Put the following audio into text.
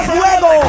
fuego